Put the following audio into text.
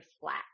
flat